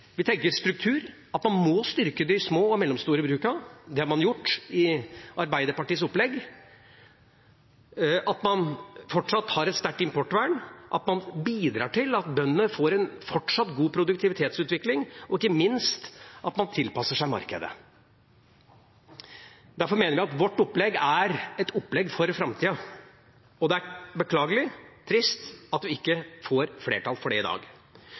Vi tenker struktur, at man må styrke de små og mellomstore brukene – det har man gjort i Arbeiderpartiets opplegg – at man fortsatt har et sterkt importvern, at man bidrar til at bønder får en fortsatt god produktivitetsutvikling, og ikke minst at man tilpasser seg markedet. Derfor mener vi at vårt opplegg er et opplegg for framtida, og det er beklagelig og trist at vi ikke får flertall for det i dag.